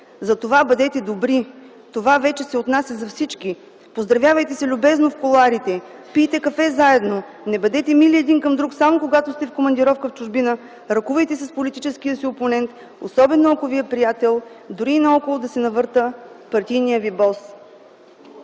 „Затова бъдете добри – това вече се отнася за всички - поздравявайте се любезно в кулоарите, пийте кафе заедно, не бъдете мили един към друг само когато сте в командировка в чужбина, ръкувайте се с политическия си опонент, особено ако ви е приятел, дори и наоколо да се навърта партийният ви бос.”